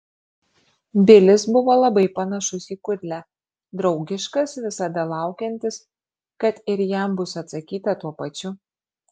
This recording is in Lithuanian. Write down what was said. bilis buvo labai panašus į kudlę draugiškas visada laukiantis kad ir jam bus atsakyta tuo pačiu